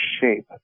shape